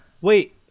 Wait